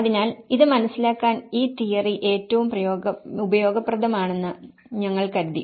അതിനാൽ ഇത് മനസ്സിലാക്കാൻ ഈ തിയറി ഏറ്റവും ഉപയോഗപ്രദമാണെന്ന് ഞങ്ങൾ കരുതി